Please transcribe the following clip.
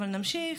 אבל נמשיך,